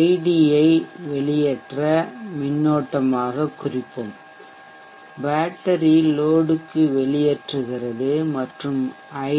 ஐடியை வெளியேற்ற மின்னோட்டமாகக் குறிப்போம் பேட்டரி லோடுக்கு வெளியேற்றுகிறது மற்றும்